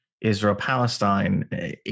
Israel-Palestine